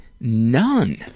none